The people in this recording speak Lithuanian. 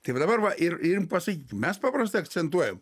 tai va dabar va ir ir pasakyk mes paprastai akcentuojam